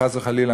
חס וחלילה,